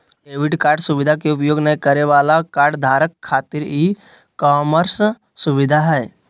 debit card सुवधा के उपयोग नय करे वाला कार्डधारक खातिर ई कॉमर्स सुविधा हइ